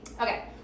okay